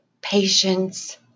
patience